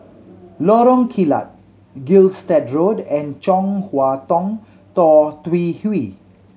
Lorong Kilat Gilstead Road and Chong Hua Tong Tou Teck Hwee